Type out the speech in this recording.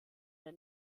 der